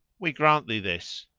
we grant thee this.